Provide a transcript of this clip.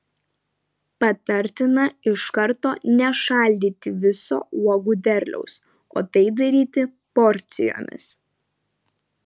patartina iš karto nešaldyti viso uogų derliaus o tai daryti porcijomis